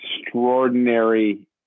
extraordinary